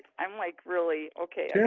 i'm like really okay.